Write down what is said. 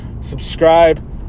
subscribe